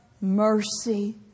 mercy